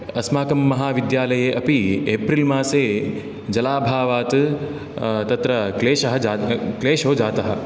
अस्माकं महाविद्यालये अपि एप्रिल् मासे जलाभावात् तत्र क्लेशः जात् क्लेशो जातः